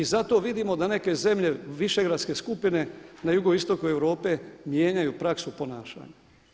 I zato vidimo da neke zemlje Višegradske skupine na jugoistoku Europe mijenjaju praksu ponašanja.